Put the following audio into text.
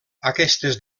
aquestes